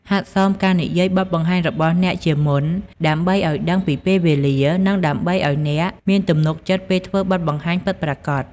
ហាត់សមការនិយាយបទបង្ហាញរបស់អ្នកជាមុន ដើម្បីឱ្យដឹងពីពេលវេលា និងដើម្បីឱ្យអ្នកមានទំនុកចិត្តពេលធ្វើបទបង្ហាញពិតប្រាកដ។